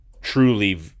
truly